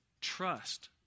trust